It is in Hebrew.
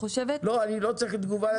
לא, אני לא צריך תגובה לטענה.